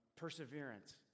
perseverance